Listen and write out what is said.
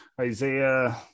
Isaiah